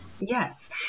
yes